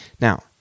Now